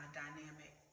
dynamic